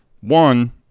One